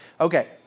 Okay